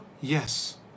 yes